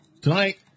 tonight